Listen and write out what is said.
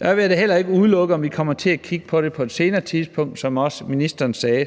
Jeg vil da heller ikke udelukke, at vi kan komme til at kigge på det på et senere tidspunkt, som også ministeren sagde.